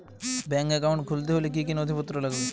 Bank account খুলতে হলে কি কি নথিপত্র লাগবে?